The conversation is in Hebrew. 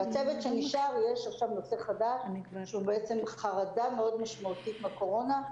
ובצוות שנשאר יש עכשיו נושא חדש שהוא חרדה מאוד משמעותית מהקורונה.